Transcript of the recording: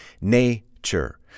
Nature